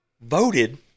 voted